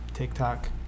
tiktok